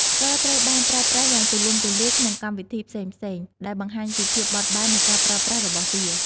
ស្គរត្រូវបានប្រើប្រាស់យ៉ាងទូលំទូលាយក្នុងកម្មវិធីផ្សេងៗ ដែលបង្ហាញពីភាពបត់បែននៃការប្រើប្រាស់របស់វា។